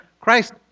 Christ